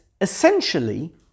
essentially